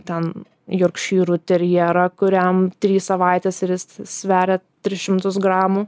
ten jorkšyrų terjerą kuriam trys savaitės ir jis sveria tris šimtus gramų